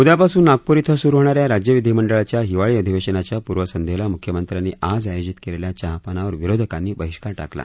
उद्यापासून नागपूर इथं सूरु होणा या राज्य विधीमंडळाच्या हिवाळी अधिवेशनाच्या पूर्वसंध्येला मुख्यमंत्र्यांनी आज आयोजित केलेल्या चहापानावर विरोधकांनी बहिष्कार टाकला